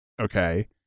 Okay